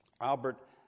Albert